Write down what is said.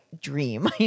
dream